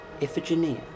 Iphigenia